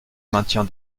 maintien